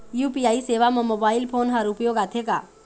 UPI सेवा म mobile phone हर उपयोग आथे का?